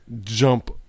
jump